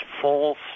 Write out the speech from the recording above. false